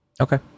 Okay